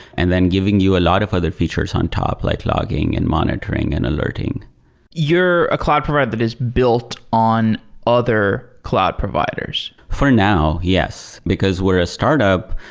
and then giving you a lot of other features on top, like logging, and monitoring, and alerting you're a cloud provider that is built on other cloud providers. for now, yes. because we're a startup,